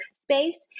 space